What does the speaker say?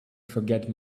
forget